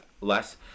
less